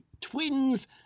twins